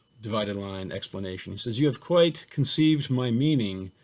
divided line explanation. says, you have quite conceives my meaning,